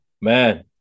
Man